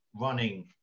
running